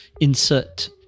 insert